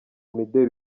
mideli